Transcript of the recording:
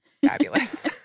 fabulous